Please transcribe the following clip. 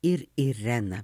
ir ireną